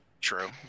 True